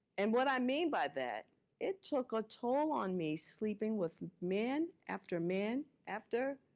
and what i mean by that, it took a toll on me sleeping with men after men after,